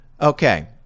Okay